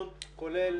אני חייב להגיד לכם,